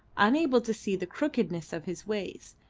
unable to see the crookedness of his ways,